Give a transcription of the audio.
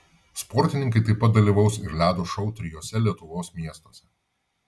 sportininkai taip pat dalyvaus ir ledo šou trijuose lietuvos miestuose